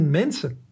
mensen